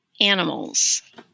animals